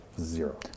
Zero